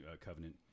covenant